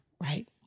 Right